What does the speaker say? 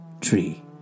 tree